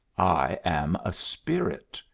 i am a spirit,